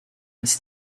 was